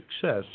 success